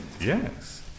Yes